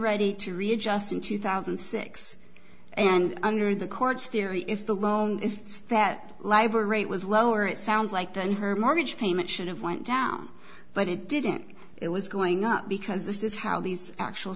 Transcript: ready to readjust in two thousand and six and under the court's theory if the loan if that library rate was lower it sounds like then her mortgage payment should have went down but it didn't it was going up because this is how these actual